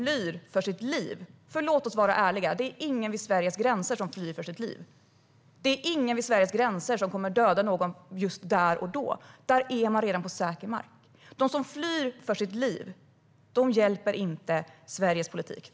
Låt oss vara ärliga: Det är ingen vid Sveriges gränser som flyr för sitt liv. Det är ingen vid Sveriges gränser som kommer att dödas just där och då. Där är man på säker mark. Sveriges, EU:s och västvärldens politik hjälper inte dem som flyr för sitt liv.